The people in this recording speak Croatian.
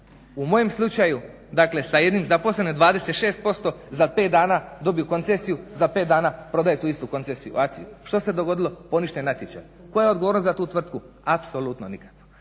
u mojem slučaju dakle sa jednim zaposlenim 26% za 5 dana dobiju koncesiju, za 5 dana prodaju tu istu koncesiju …/Ne razumije se./…, što se dogodilo? Poništen natječaj. Koja je odgovornost za tu tvrtku? Apsolutno nikakva.